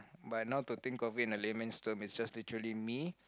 but now to think of it in a layman's term it's just literally me